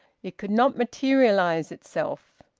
it could not materialise itself.